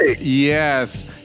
yes